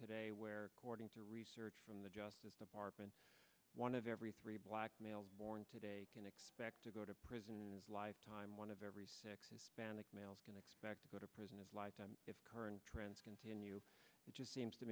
today where according to research from the justice department one of every three black males born today can expect to go to prison lifetime one of every six hispanic males can expect to go to prison if lifetime if current trends continue it just seems to